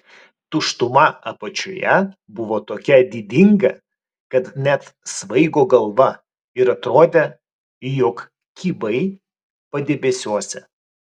tuštuma apačioje buvo tokia didinga kad net svaigo galva ir atrodė jog kybai padebesiuose